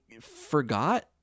forgot